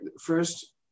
first